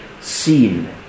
seen